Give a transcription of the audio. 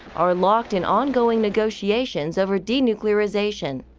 are locked in ongoing negotiations over denuclearization.